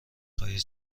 خواهید